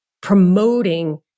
promoting